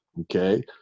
okay